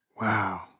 Wow